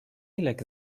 like